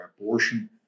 abortion